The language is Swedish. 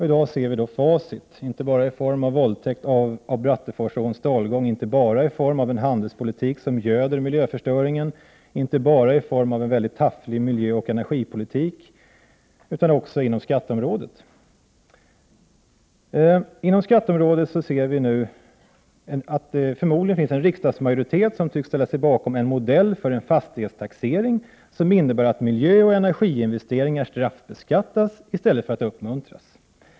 I dag ser vi facit, inte bara i form av våldtäkt av Bratteforsåns dalgång och inte bara i form av en handelspolitik som göder miljöförstöringen, inte bara i form av en mycket tafflig miljöoch energipolitik, utan också inom skatteområdet. Det finns förmodligen en riksdagsmajoritet som tycks ställa sig bakom en modell för en fastighetstaxering, som innebär att miljöoch energiinvesteringar straffbeskattas i stället för att uppmuntras.